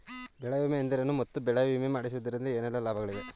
ಬೆಳೆ ವಿಮೆ ಎಂದರೇನು ಮತ್ತು ಬೆಳೆ ವಿಮೆ ಮಾಡಿಸುವುದರಿಂದ ಏನೆಲ್ಲಾ ಲಾಭಗಳಿವೆ?